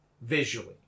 visually